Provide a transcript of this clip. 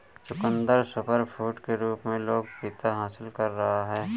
चुकंदर सुपरफूड के रूप में लोकप्रियता हासिल कर रहा है